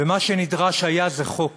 ומה שנדרש היה איזה חוק